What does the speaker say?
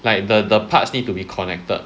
like the the parts need to be connected